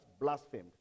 blasphemed